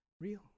real